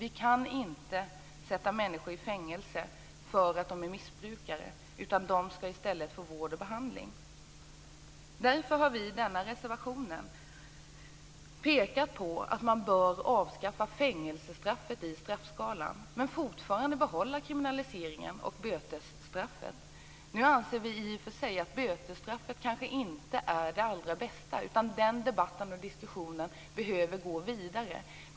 Vi kan inte sätta människor i fängelse därför att de är missbrukare, utan de skall i stället få vård och behandling. Därför har vi i reservationen påpekat att man bör avskaffa fängelsestraffet i straffskalan men fortfarande behålla kriminaliseringen och bötesstraffet. Nu anser vi i och för sig att bötesstraffet kanske inte är det allra bästa, utan den debatten och diskussionen behöver gå vidare.